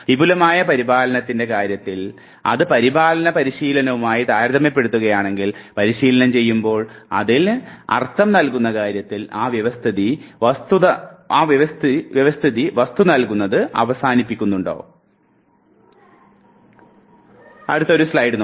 വിപുലമായ പരിപാലനത്തിൻറെ കാര്യത്തിൽ അത് പരിപാലന പരിശീലനവുമായി താരതമ്യപ്പെടുത്തുകയാണെങ്കിൽ പരിശീലനം ചെയ്യുമ്പോൾ അതിന് അർത്ഥം നൽകുന്ന കാര്യത്തിൽ ആ വ്യവസ്ഥിതി വസ്തു നൽകുന്നത് അവസാനിപ്പിക്കുന്നുവോ